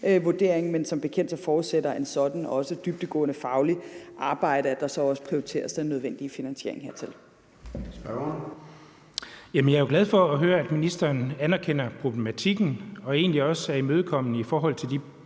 men som bekendt forudsætter en sådan også et dybdegående fagligt arbejde, altså at der så også prioriteres den nødvendige finansiering heraf.